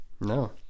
No